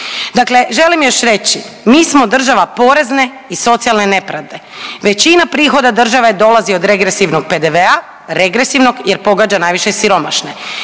Dakle, želim još reći mi smo država porezne i socijalne nepravde. Većina prihoda države dolazi od regresivnog PDV-a, regresivnog jer pogađa najviše siromašne.